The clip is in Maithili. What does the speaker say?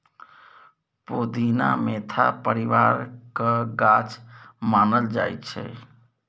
पोदीना मेंथा परिबारक गाछ मानल जाइ छै